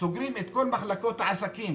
סוגרים את כל מחלקות העסקים